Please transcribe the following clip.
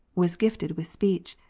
was gifted with speech,